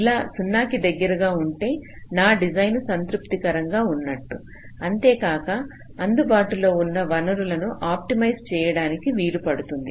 ఇలా 0 కి దగ్గరగా ఉంటే నా డిజైను సంతృప్తికరంగా ఉన్నట్టు అంతేకాక అందుబాటులో ఉన్న వనరులను ఆప్టిమైజ్ చేయడానికి వీలుపడుతుంది